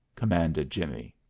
commanded jimmie.